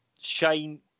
Shane